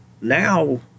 Now